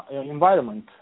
environment